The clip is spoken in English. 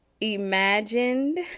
imagined